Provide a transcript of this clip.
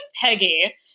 peggy